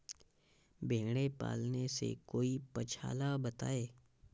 भेड़े पालने से कोई पक्षाला बताएं?